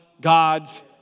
God's